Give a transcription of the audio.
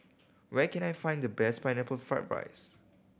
where can I find the best Pineapple Fried rice